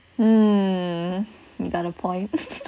mm you got a point